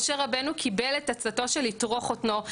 משה רבנו קיבל את עצתו של יתרו חותנו,